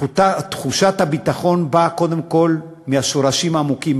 תחושת הביטחון באה קודם כול מהשורשים העמוקים,